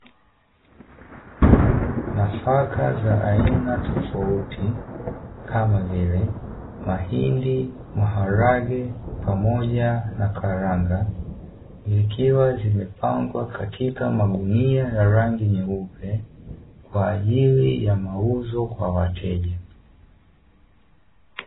Nafaka za aina tofauti kama vile mahindi maharage zikiwa zimepangwa